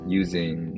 using